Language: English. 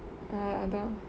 ah I don't